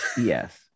Yes